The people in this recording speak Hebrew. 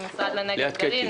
למשרד הנגב והגליל,